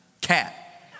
cat